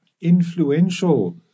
influential